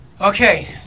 Okay